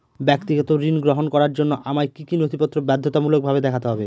ব্যক্তিগত ঋণ গ্রহণ করার জন্য আমায় কি কী নথিপত্র বাধ্যতামূলকভাবে দেখাতে হবে?